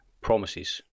Promises